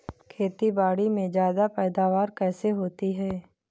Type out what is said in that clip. खेतीबाड़ी में ज्यादा पैदावार कैसे होती है?